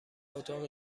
اتاق